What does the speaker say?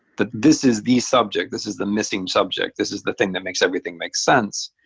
that this is the subject, this is the missing subject, this is the thing that makes everything make sense.